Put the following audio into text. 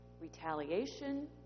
Retaliation